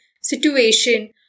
situation